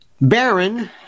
Baron